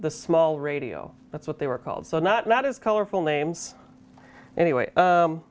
the small radio that's what they were called so not as colorful names anyway